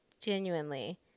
genuinely